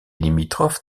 limitrophe